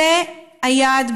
זה היעד,